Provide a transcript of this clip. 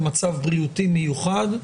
או מצב בריאותי מיוחד,